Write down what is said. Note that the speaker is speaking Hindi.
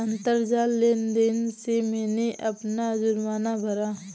अंतरजाल लेन देन से मैंने अपना जुर्माना भरा